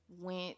went